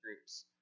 groups